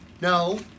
no